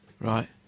Right